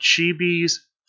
chibi's